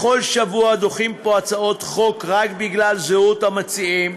בכל שבוע דוחים פה הצעות חוק רק בגלל זהות המציעים,